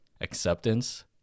acceptance